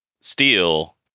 Steel